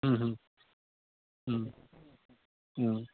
ও